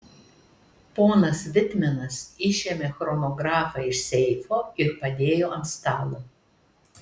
ponas vitmenas išėmė chronografą iš seifo ir padėjo ant stalo